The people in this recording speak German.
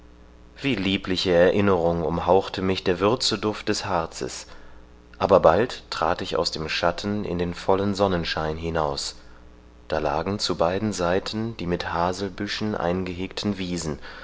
wie liebliche erinnerung umhauchte mich der würzeduft des harzes aber bald trat ich aus dem schatten in den vollen sonnenschein hinaus da lagen zu beiden seiten die mit haselbüschen eingehegten wiesen